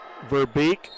Verbeek